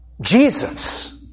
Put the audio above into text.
Jesus